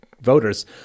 voters